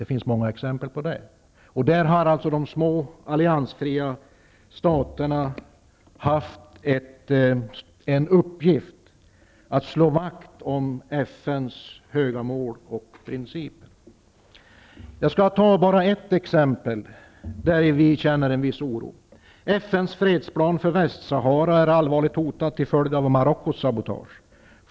Det finns många exempel på detta. Här har alltså de små alliansfria staterna haft en uppgift att slå vakt om FN:s höga mål och principer. Jag skall bara ta ett exempel på ett område där vi känner en viss oro. FN:s fredsplan för Västsahara är allvarligt hotad på grund av Marockos sabotage.